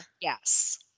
Yes